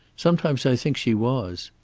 sometimes i think she was.